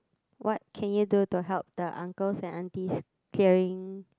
what can you do to help the uncles and aunties clearing